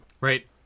Right